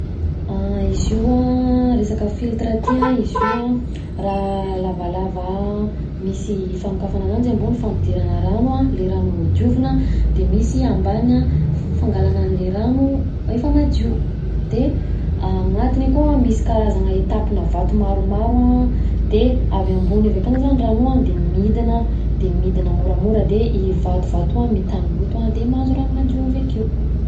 Izy io an resaka filtre ty an izy io an raha lavalava misy fanokafana ananjy ambony fampidirana rano an le rano ho diovina de misy ambany fangalana anle rano efa madio, de anatiny akao misy karazana etape na vato maromaro an, de avy ambony avy akany zany rano io an, de midina de midina moramora, de io vatovato io a mitagna i loto de mahazo rano madio avekeo